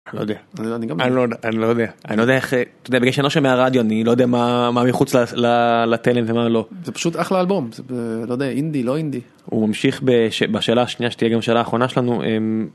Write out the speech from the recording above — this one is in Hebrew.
אני לא יודע, אני לא יודע. אני לא יודע. אתה יודע, בגלל שאני לא שומע רדיו אני לא יודע מה מחוץ לטלנט אמר לו זה פשוט אחלה אלבום לא יודע אינדי לא אינדי הוא ממשיך בשאלה השנייה שתהיה גם השאלה האחרונה שלנו.